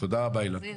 תודה רבה, אילן.